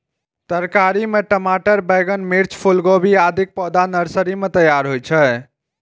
तरकारी मे टमाटर, बैंगन, मिर्च, फूलगोभी, आदिक पौधा नर्सरी मे तैयार होइ छै